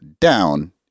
down